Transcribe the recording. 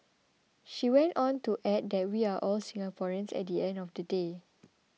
she went on to add that we are all Singaporeans at the end of the day